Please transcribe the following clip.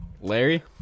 Larry